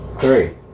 Three